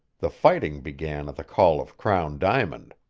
the fighting began at the call of crown diamond.